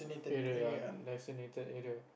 plate area designated area